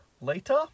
later